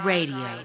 Radio